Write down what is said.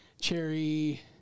Cherry